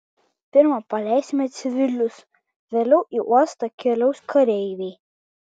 pirma paleisime civilius vėliau į uostą keliaus kareiviai